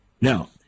Now